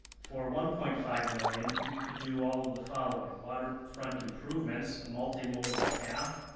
for one point five million, we could do all of the following. waterfront improvements, a multimodal path,